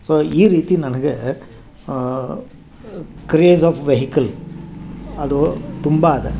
so ಈ ರೀತಿ ನನಗೆ ಕ್ರೇಜ್ ಆಫ್ ವೆಹಿಕಲ್ ಅದು ತುಂಬ ಇದೆ